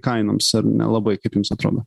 kainoms ar nelabai kaip jums atrodo